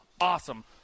awesome